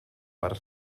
per